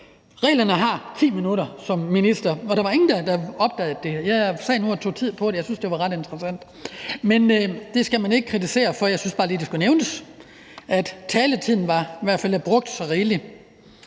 reglerne kun har 10 minutter som minister. Der var ingen, der opdagede det, men jeg sad og tog tid på det, og jeg syntes, det var ret interessant. Det skal man ikke kritisere, men jeg synes bare lige, at det skulle nævnes, at taletiden i hvert fald var brugt så rigeligt.